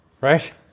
Right